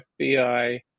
FBI